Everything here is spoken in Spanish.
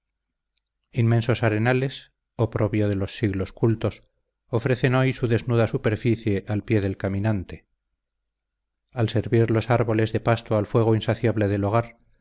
inmensos arenales oprobio de los siglos cultos ofrecen hoy su desnuda superficie al pie del caminante al servir los árboles de pasto al fuego insaciable del hogar